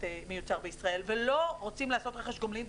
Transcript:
תוצרת ישראל ולא רוצים לעשות רכש גומלין.